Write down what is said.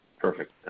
Perfect